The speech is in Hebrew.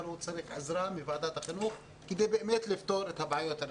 אבל הוא צריך עזרה מוועדת החינוך כדי באמת לפתור את הבעיות הרציניות.